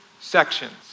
sections